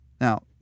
Now